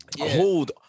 Hold